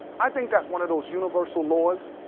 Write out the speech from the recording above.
i think that's one of those universal laws.